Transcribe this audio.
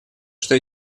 что